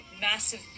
massive